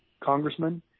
congressman